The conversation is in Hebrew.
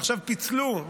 ועכשיו פיצלו,